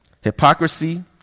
hypocrisy